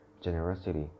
generosity